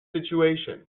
situation